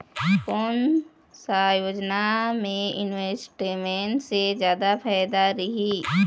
कोन सा योजना मे इन्वेस्टमेंट से जादा फायदा रही?